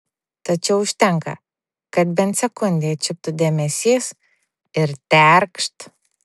tačiau užtenka kad bent sekundei atšiptų dėmesys ir terkšt